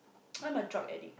I'm a drug addict